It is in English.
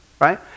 right